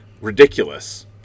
ridiculous